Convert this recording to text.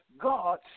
God